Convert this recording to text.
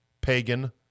pagan